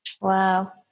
wow